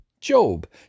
Job